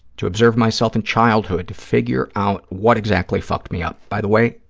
to observe myself in childhood to figure out what exactly fucked me up. by the way,